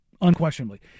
Unquestionably